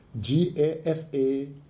G-A-S-A